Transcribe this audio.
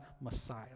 Messiah